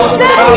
say